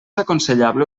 aconsellable